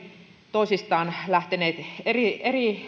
toisistaan täysin eri